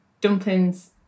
dumplings